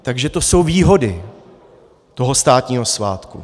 Takže to jsou výhody toho státního svátku.